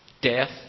death